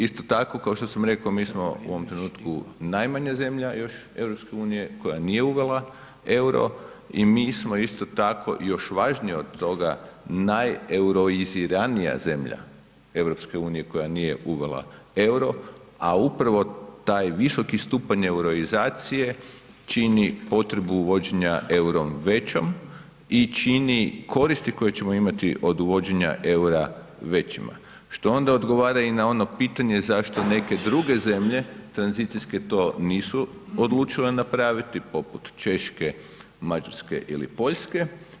Isto tako kao što sam rekao mi smo u ovom trenutku najmanja zemlja još EU koja nije uvela EUR-o i mi smo isto tako još važnije od toga najeuroiziranija zemlja EU koja nije uvela EUR-o, a upravo taj visoki stupanj euroizacije čini potrebu uvođena EUR-a većom i čini koristi koje ćemo imati od uvođenja EUR-a većima, što onda odgovara i na ono pitanje zašto neke druge zemlje tranzicijske to nisu odlučile napraviti poput Češke, Mađarske ili Poljske.